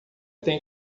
tem